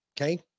okay